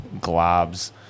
globs